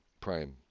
prime